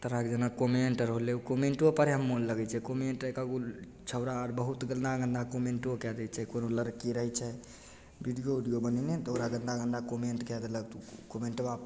तरहके जेना कमेन्ट रहलै कमेन्टो पढ़ैमे मोन लगै छै कमेन्ट एक एक गो छौँड़ा आओर बहुत गन्दा गन्दा कमेन्टो कै दै छै कोनो लड़की रहै छै वीडिओ उडिओ बनेने तऽ ओकरा गन्दा गन्दा कमेन्ट कै देलक कमेन्टो आब